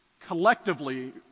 collectively